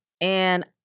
And-